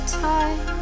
time